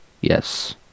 Yes